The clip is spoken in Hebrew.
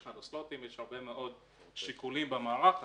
יש כמה סלוטים ויש הרבה שיקולים במערך הזה.